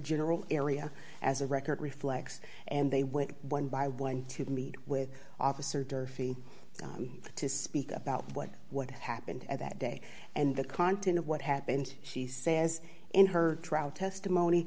general area as a record reflects and they went one by one to meet with officer durfy to speak about what what happened that day and the content of what happened she says in her drought testimony